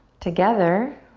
together,